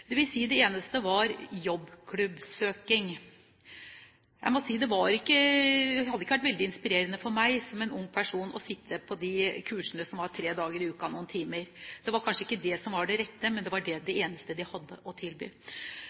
det eneste var jobbklubbsøking. Jeg må si at det hadde ikke vært veldig inspirerende for meg som en ung person å sitte på de kursene tre dager i uken noen timer. Det var kanskje ikke det som var det rette, men det var det eneste de hadde å tilby.